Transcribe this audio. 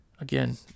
again